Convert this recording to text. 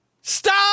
Stop